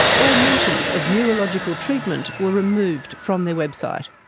all mentions of neurological treatment were removed from their website.